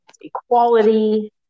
equality